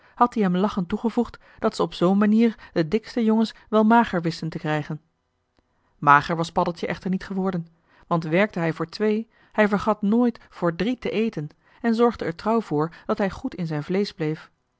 had die hem lachend toegevoegd dat ze op zoo'n manier de dikste jongens wel mager wisten te krijgen mager was paddeltje echter niet geworden want werkte hij voor twee hij vergat nooit voor drie te eten en zorgde er trouw voor dat hij goed in zijn vleesch bleef